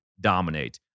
dominate